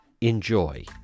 enjoy